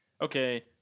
okay